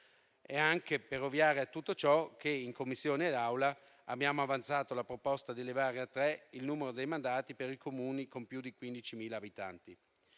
È anche per ovviare a tutto ciò che in Commissione e in Assemblea abbiamo avanzato la proposta di elevare a tre il numero dei mandati per i Comuni con più di 15.000 abitanti.